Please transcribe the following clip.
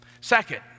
Second